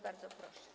Bardzo proszę.